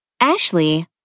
Ashley